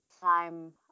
time